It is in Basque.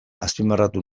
azpimarratu